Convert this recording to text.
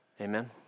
Amen